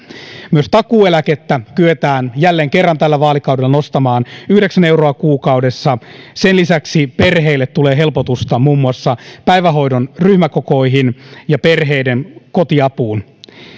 myös takuueläkettä kyetään jälleen kerran tällä vaalikaudella nostamaan yhdeksän euroa kuukaudessa sen lisäksi perheille tulee helpotusta muun muassa päivähoidon ryhmäkokoihin ja perheiden kotiapuun